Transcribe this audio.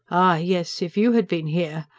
ah yes, if you had been here.